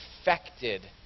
affected